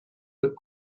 but